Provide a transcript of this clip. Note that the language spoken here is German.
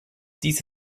dies